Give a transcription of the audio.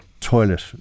Toilet